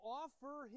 offer